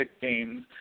games